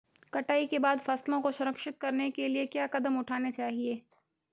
कटाई के बाद फसलों को संरक्षित करने के लिए क्या कदम उठाने चाहिए?